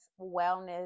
wellness